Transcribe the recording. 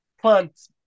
plants